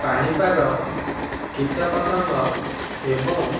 ପାଣିପାଗ କୀଟ ପତଙ୍ଗ ଏବଂ